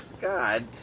god